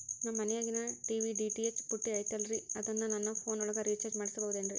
ನಮ್ಮ ಮನಿಯಾಗಿನ TV DTH ಪುಟ್ಟಿ ಐತಲ್ರೇ ಅದನ್ನ ನನ್ನ ಪೋನ್ ಒಳಗ ರೇಚಾರ್ಜ ಮಾಡಸಿಬಹುದೇನ್ರಿ?